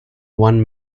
one